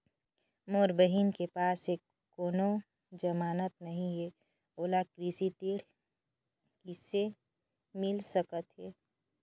मोर बहिन के पास ह कोनो जमानत नहीं हे, ओला कृषि ऋण किसे मिल सकत हे?